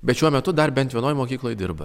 bet šiuo metu dar bent vienoj mokykloj dirba